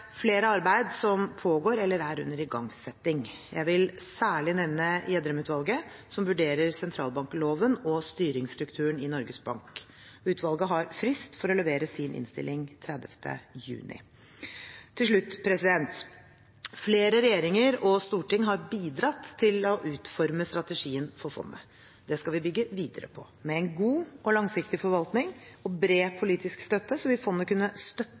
flere arbeid som pågår eller er under igangsetting. Jeg vil særlig nevne Gjedrem-utvalget, som vurderer sentralbankloven og styringsstrukturen i Norges Bank. Utvalget har frist for å levere sin innstilling 30. juni. Til slutt: Flere regjeringer og storting har bidratt til å utforme strategien for fondet. Det skal vi bygge videre på. Med en god og langsiktig forvaltning og bred politisk støtte vil fondet kunne støtte